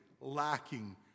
lacking